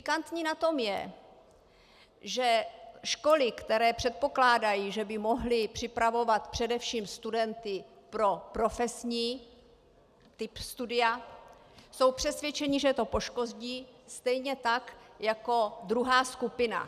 Pikantní na tom je, že školy, které předpokládají, že by mohly připravovat především studenty pro profesní typ studia, jsou přesvědčeny, že je to poškodí, stejně tak jako druhá skupina.